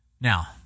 Now